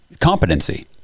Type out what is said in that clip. competency